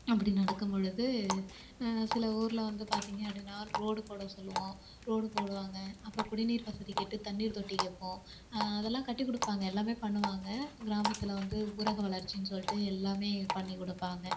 அப்படி நடக்கும் பொழுது சில ஊரில் வந்து பார்த்தீங்க அப்படின்னா ரோடு போட சொல்லுவோம் ரோடு போடுவாங்க அப்புறம் குடிநீர் வசதி கேட்டு தண்ணீர் தொட்டி கேட்போம் அதெல்லாம் கட்டி கொடுப்பாங்க எல்லாமே பண்ணுவாங்கள் கிராமத்தில் வந்து ஊரக வளர்ச்சுன்னு சொல்லிட்டு எல்லாமே பண்ணிக் கொடுப்பாங்க